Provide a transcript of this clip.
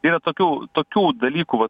yra tokių tokių dalykų vat